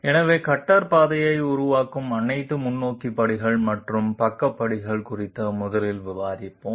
எனவே கட்டர் பாதையை உருவாக்கும் அனைத்து முன்னோக்கி படிகள் மற்றும் பக்க படிகள் குறித்து முதலில் விவாதிப்போம்